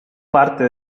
parte